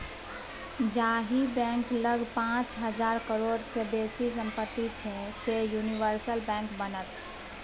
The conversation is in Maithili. जाहि बैंक लग पाच हजार करोड़ सँ बेसीक सम्पति छै सैह यूनिवर्सल बैंक बनत